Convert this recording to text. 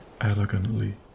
elegantly